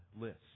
lists